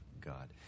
God